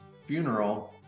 funeral